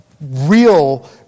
real